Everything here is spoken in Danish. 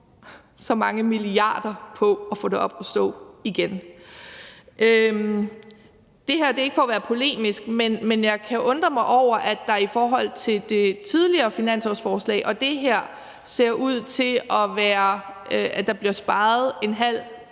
så mange milliarder på at få det op at stå igen. Det er ikke for at være polemisk, men jeg kan undre mig over, at det ser ud til, at der i forhold til det tidligere finanslovsforslag her bliver sparet en halv